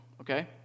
okay